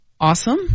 Awesome